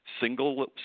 Single